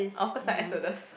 of course lah air stewardess